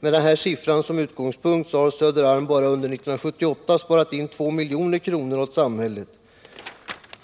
Med denna siffra som utgångspunkt finner man att Söderarm bara under 1978 har sparat in 2 milj.kr. åt samhället.